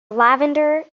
lavender